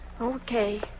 Okay